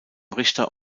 richter